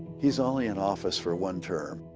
he's only in office for one term,